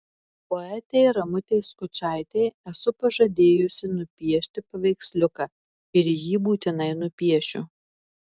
poetei ramutei skučaitei esu pažadėjusi nupiešti paveiksliuką ir jį būtinai nupiešiu